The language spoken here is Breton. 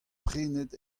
prenet